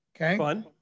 Okay